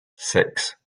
six